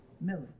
Millie